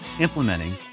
implementing